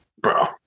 Bro